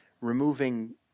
removing